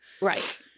Right